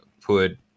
put